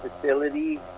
facility